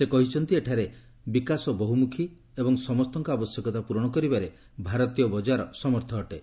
ସେ କହିଛନ୍ତି ଏଠାରେ ବିକାଶ ବହୁମୁଖୀ ଏବଂ ସମସ୍ତଙ୍କ ଆବଶ୍ୟକତା ପୂରଣ କରିବାରେ ଭାରତୀୟ ବଜାର ସମର୍ଥ ଅଟେ